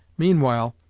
meanwhile,